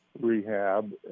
rehab